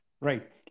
Right